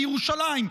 בירושלים,